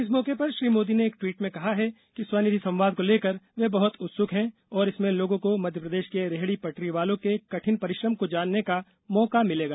इस मौके पर श्री मोदी ने एक ट्वीट में कहा है कि स्वनिधि संवाद को लेकर वे बहुत उत्सुक हैं और इससे लोगों को मध्यप्रदेश के रेहड़ी पटरी वालों के कठिन परिश्रम को जानने का मौका मिलेगा